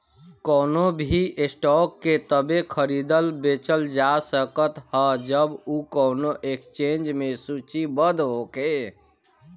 कवनो भी स्टॉक के तबे खरीदल बेचल जा सकत ह जब उ कवनो एक्सचेंज में सूचीबद्ध होखे